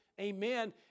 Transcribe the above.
Amen